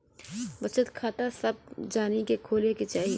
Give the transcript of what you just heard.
बचत खाता सभ जानी के खोले के चाही